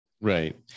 Right